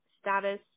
status